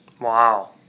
Wow